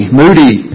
moody